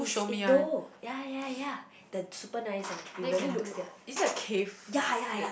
it's Indo yeah yeah yeah the super nice one it really looks sia yeah yeah yeah